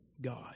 God